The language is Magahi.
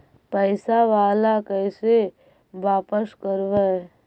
पैसा बाला कैसे बापस करबय?